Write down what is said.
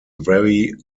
very